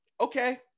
okay